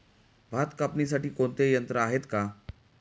भात कापणीसाठी कोणते यंत्र आहेत का?